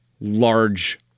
large